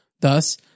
Thus